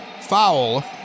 foul